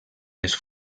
les